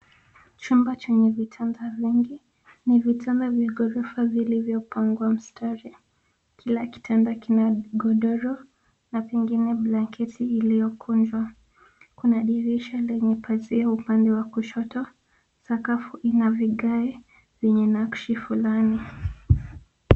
Chumba chenye vitanda vingi. Ni vitanda vya ghorofa vilivyopangwa mstari. Kila kitanda kina godoro na pengine blanketi iliyokunjwa. Kuna dirisha lenye pazia upande wa kushoto. Sakafu ina vigae vyenye nakshi fulani.